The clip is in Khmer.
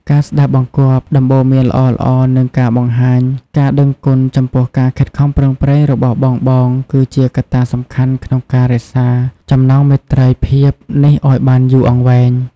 ការស្ដាប់បង្គាប់ ដំបូន្មានល្អៗ និង ការបង្ហាញការដឹងគុណ ចំពោះការខិតខំប្រឹងប្រែងរបស់បងៗ គឺជាកត្តាសំខាន់ក្នុងការរក្សាចំណងមេត្រីភាពនេះឱ្យបានយូរអង្វែង។